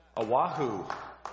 Oahu